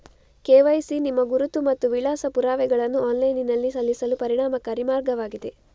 KYC ನಿಮ್ಮ ಗುರುತು ಮತ್ತು ವಿಳಾಸ ಪುರಾವೆಗಳನ್ನು ಆನ್ಲೈನಿನಲ್ಲಿ ಸಲ್ಲಿಸಲು ಪರಿಣಾಮಕಾರಿ ಮಾರ್ಗವಾಗಿದೆ